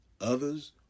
others